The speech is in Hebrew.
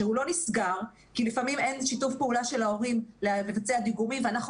שהוא לא נסגר כי לפעמים אין שיתוף פעולה של ההורים לבצע דיגומים ואנחנו